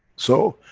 so,